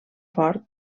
ford